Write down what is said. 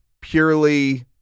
purely